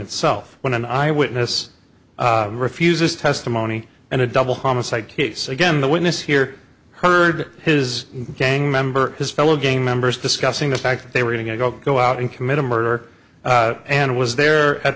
itself when an eye witness refuses testimony and a double homicide case again the witness here heard his gang member his fellow gang members discussing the fact that they were going to go go out and commit a murder and was there at